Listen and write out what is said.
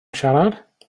siarad